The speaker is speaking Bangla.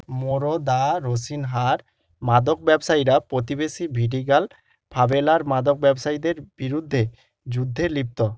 মোরো দ্য রোসিনহার মাদক ব্যবসায়ীরা প্রতিবেশী ভিডিগাল ফাভেলার মাদক ব্যবসায়ীদের বিরুদ্ধে যুদ্ধে লিপ্ত